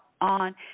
on